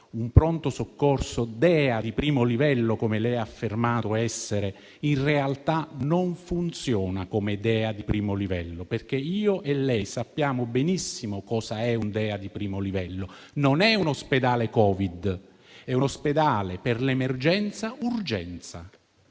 un pronto soccorso DEA di primo livello - come lei ha affermato essere - in realtà non funziona come tale. Io e lei sappiamo benissimo cos'è un DEA di primo livello: non è un ospedale Covid, ma un ospedale per l'emergenza-urgenza,